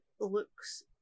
looks